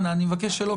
אנא, אני מבקש שלא.